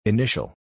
Initial